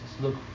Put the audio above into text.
Look